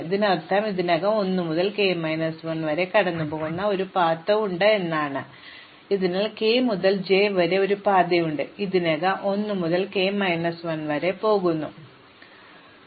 ഇതിനർത്ഥം എനിക്ക് ഇതിനകം 1 മുതൽ കെ മൈനസ് 1 വരെ കടന്നുപോകുന്ന ഒരു പാതയുണ്ട് കൂടാതെ എനിക്ക് കെ മുതൽ ജെ വരെ ഒരു പാതയുണ്ട് അത് ഇതിനകം 1 മുതൽ കെ മൈനസ് 1 വരെ പോകുന്നു ഞാൻ ഇവ രണ്ടും കൂട്ടിച്ചേർക്കുന്നു